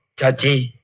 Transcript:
touches